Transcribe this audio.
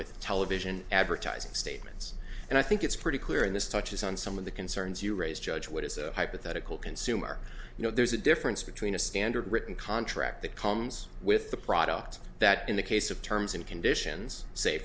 with television advertising statements and i think it's pretty clear in this touches on some of the concerns you raised judge what is a hypothetical consumer you know there's a difference between a standard written contract that comes with the product that in the case of terms and conditions say